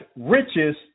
riches